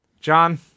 John